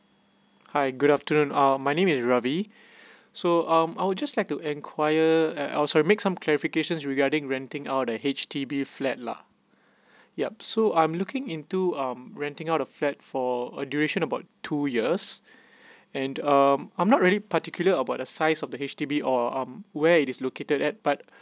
hi good afternoon uh my name is ravi so um I would just like to inquiry uh a~ sorry make some clarification regarding renting out the H_D_B flat lah yup so I'm looking into uh renting out the flat for a duration about two years and um I'm not really particular about the size of the H_D_B or um where it is located but